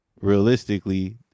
realistically